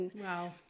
Wow